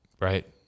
right